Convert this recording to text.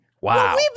Wow